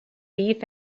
beef